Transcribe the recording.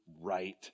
right